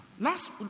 Last